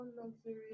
luxury